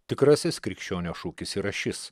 tikrasis krikščionio šūkis yra šis